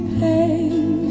pain